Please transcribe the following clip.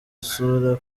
isura